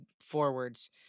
forwards